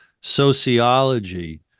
sociology